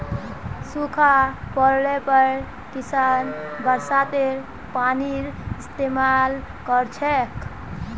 सूखा पोड़ले पर किसान बरसातेर पानीर इस्तेमाल कर छेक